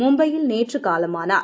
மும்பையில் நேற்று காலமானார்